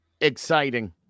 Exciting